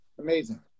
amazing